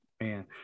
man